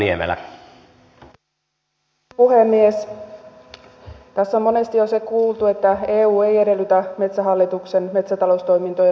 tässä on jo monesti se kuultu että eu ei edellytä metsähallituksen metsätaloustoimintojen osakeyhtiöittämistä